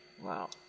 Wow